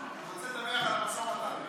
רוצה לדבר על המשא ומתן.